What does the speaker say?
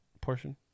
portion